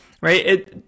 right